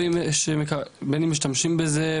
בין אם משתמשים בזה,